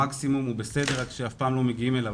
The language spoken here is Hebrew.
המקסימום הוא בסדר אלא שאף פעם לא מגיעים אליו.